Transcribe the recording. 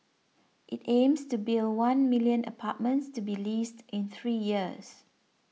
it aims to build one million apartments to be leased in three years